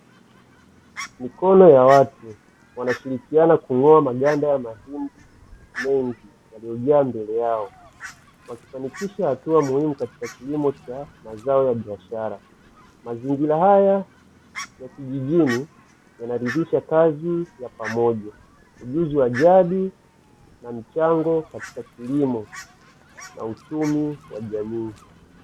Mikono ya watu wanashirikiana kung'oa maganda ya majini mengi yaliyojaa mbele yao, wakifanikisha hatua muhimu katika kilimo cha mazao ya biashara mazingira haya ya kijini yanaridhisha kazi ya pamoja, ujuzi wa ajira na mchango katika kilimo na uchumi wa jamii.